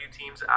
teams